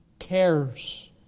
cares